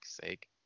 sake